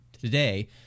today